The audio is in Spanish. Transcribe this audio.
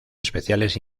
especiales